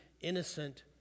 innocent